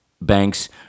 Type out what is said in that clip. Banks